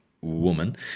woman